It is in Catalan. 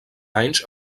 anys